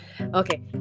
Okay